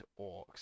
orcs